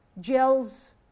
gels